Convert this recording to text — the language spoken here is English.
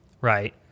right